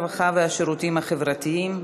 הרווחה והשירותים החברתיים,